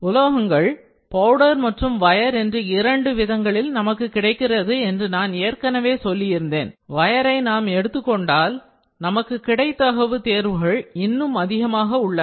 உலோகங்கள் பவுடர் மற்றும் வயர் என்று இரண்டு விதங்களில் நமக்கு கிடைக்கிறது என்று நான் ஏற்கனவே சொல்லியிருந்தேன் வயரை நாம் எடுத்துக் கொண்டால் நமக்கு கிடைத்தகவு தேர்வுகள் இன்னும் அதிகமாக உள்ளன